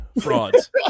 frauds